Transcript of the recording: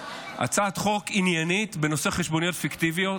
הצעת חוק עניינית בנושא חשבוניות פיקטיביות,